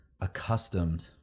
accustomed